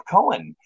Cohen